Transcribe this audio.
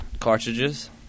cartridges